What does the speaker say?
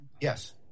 Yes